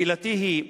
שאלתי היא,